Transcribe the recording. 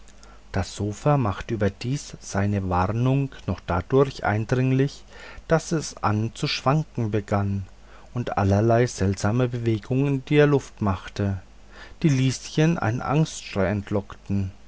das sofa machte überdies seine warnung noch dadurch eindringlich daß es an zu schwanken begann und allerlei seltsame bewegungen in der luft machte die lieschen einen angstschrei entlockten